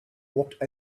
walked